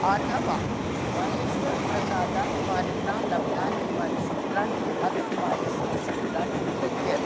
अथवा महेश्वरप्रसादात् पाणिनिना लब्धानि इमानि सूत्राणि अतः माहेश्वरसूत्राणि उच्यन्ते